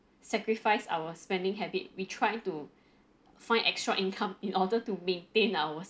sacrifice our spending habits we trying to find extra income in order to maintain ours